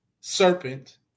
serpent